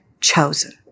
Chosen